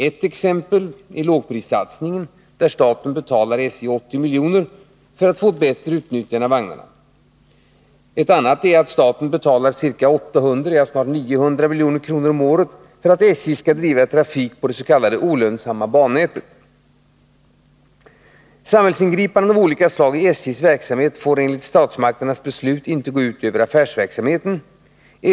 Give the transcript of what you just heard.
Ett exempel är lågprissatsningen, där staten betalar SJ 80 milj.kr. för att få ett bättre utnyttjande av vagnarna. Staten betalar också ca 800 milj.kr. om året för att SJ skall driva trafik på det s.k. olönsamma bannätet. Samhällsingripanden av olika slag i SJ:s verksamhet får enligt statsmakternas beslut inte gå ut över affärsverksamheten.